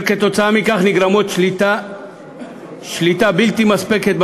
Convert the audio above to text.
כתוצאה מכך השליטה בגוף בלתי מספקת,